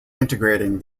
integrating